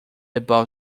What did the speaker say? above